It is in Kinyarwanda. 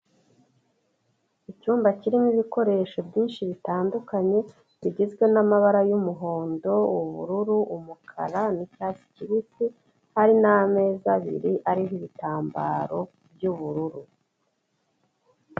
Icyumba kirimo ibikoresho byinshi bitandukanye, bigizwe n'amabara y'umuhondo, ubururu, umukara n'icyatsi kibisi, hari n'ameza abiri, ariho ibitambaro by'ubururu.